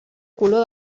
color